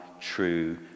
true